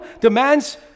demands